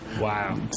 Wow